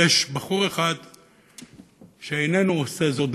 ויש בחור אחד באמצע שאיננו עושה זאת,